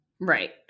Right